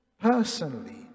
personally